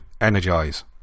energize